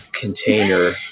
container